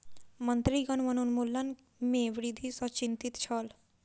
मंत्रीगण वनोन्मूलन में वृद्धि सॅ चिंतित छैथ